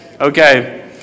Okay